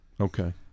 Okay